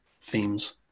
themes